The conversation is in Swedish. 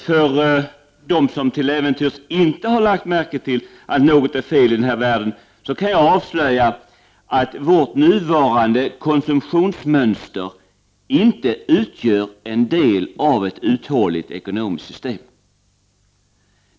För den som till äventyrs inte har lagt märke till att något är fel i den här världen, kan jag avslöja att vårt nuvarande konsumtionsmönster inte utgör en del av ett uthålligt ekonomiskt system.